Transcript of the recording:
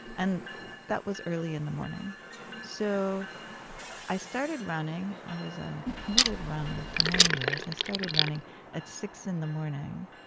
and that was early in the morning so i started running. i was a committed runner for many years. i started running at six in the morning.